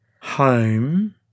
home